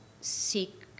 seek